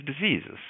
diseases